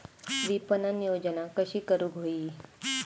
विपणन योजना कशी करुक होई?